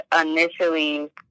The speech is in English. initially